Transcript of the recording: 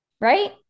Right